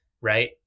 right